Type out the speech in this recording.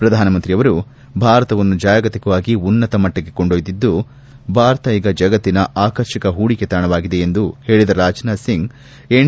ಪ್ರಧಾನಮಂತ್ರಿಯವರು ಭಾರತವನ್ನು ಜಾಗತಿಕವಾಗಿ ಉನ್ನತ ಮಟ್ಟಕ್ಕೆ ಕೊಂಡೊದ್ದಿದ್ದು ಭಾರತ ಈಗ ಜಗತ್ತಿನ ಆಕರ್ಷಕ ಹೂಡಿಕೆ ತಾಣವಾಗಿದೆ ಎಂದು ಹೇಳಿದ ರಾಜನಾಥ್ ಸಿಂಗ್ ಎನ್